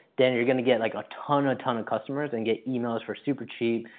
then you're gonna get like a ton, a ton of customers. and get emails for super cheap.